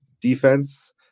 defense